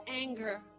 anger